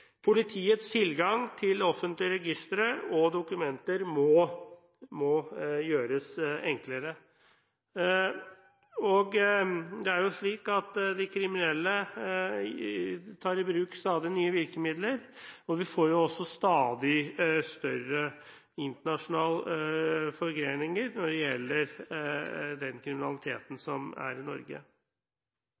Politiets tilgang til offentlige registre og dokumenter må gjøres enklere. Det er jo slik at de kriminelle tar i bruk stadig nye virkemidler, og vi får også stadig større internasjonale forgreninger når det gjelder den kriminaliteten som er i Norge.